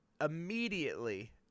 immediately